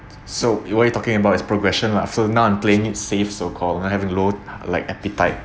so you what are you talking about is progression lah so now I'm playing it safe so called I'm having low like appetite